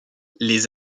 les